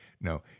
no